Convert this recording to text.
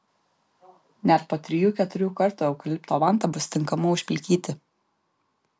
net po trijų keturių kartų eukalipto vanta bus tinkama užplikyti